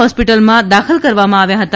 હોસ્પિટલમાં દાખલ કરવામાં આવ્યા હતા